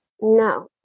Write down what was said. no